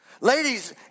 Ladies